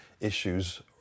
issues